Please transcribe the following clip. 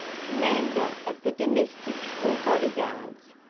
commander of the domestics or body-guards,